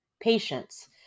patience